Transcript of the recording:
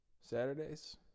Saturdays